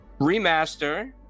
remaster